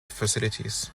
facilities